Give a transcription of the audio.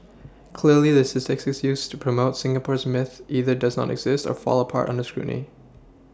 clearly the statistics used to promote Singapore's myth either does not exist or fall apart under scrutiny